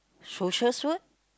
social stress